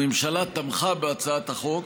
הממשלה תמכה בהצעת החוק